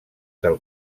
del